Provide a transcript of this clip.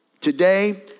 Today